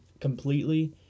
completely